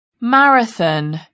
marathon